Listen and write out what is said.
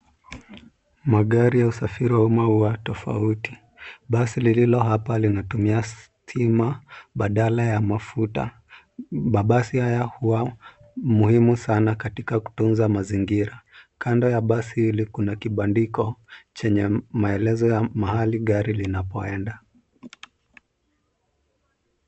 Gari la umeme linalotumika kwa usafirishaji wa umbali mfupi. Gari hili linatumia umeme badala ya mafuta. Magari haya ni muhimu sana katika kulinda mazingira. Kwenye gari kuna kibao chenye maelezo ya mahali ambapo gari linapakiwa au linapatikana